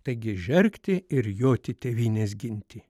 taigi žergti ir joti tėvynės ginti